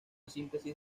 síntesis